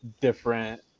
different